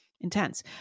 intense